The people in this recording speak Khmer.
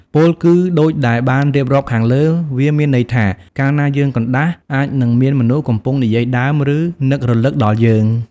ពោលគឺដូចដែលបានរៀបរាប់ខាងលើ វាមានន័យថា កាលណាយើងកណ្ដាស់ អាចនឹងមានមនុស្សកំពុងនិយាយដើម ឬ នឹករឭកដល់យើង។